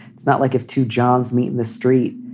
it's not like if two johns meet in the street.